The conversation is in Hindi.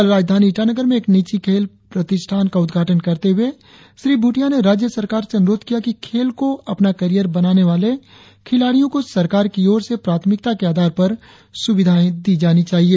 कल राजधानी ईटानगर में एक निजी खेल प्रतिष्ठान का उद्घाटन करते हुए श्री भूटिया ने राज्य सरकार से अनुरोध किया कि खेल को अपना कैरियर बनाने वाले खिलाड़ियों को सरकार की ओर से प्राथमिकता के आधार पर सुविधाए दी जानी चाहिए